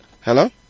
Hello